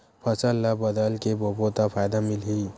फसल ल बदल के बोबो त फ़ायदा मिलही?